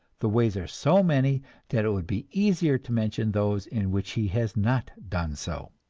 the ways are so many that it would be easier to mention those in which he has not done so.